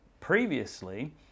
previously